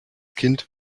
kind